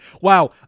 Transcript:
Wow